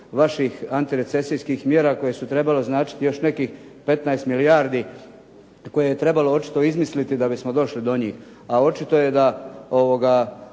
vaših antirecesijskih mjera koje su trebale značiti još nekih 15 milijardi koje trebalo očito izmisliti da bismo došli do njih. A očito je da kao